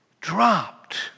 dropped